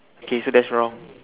okay so that's wrong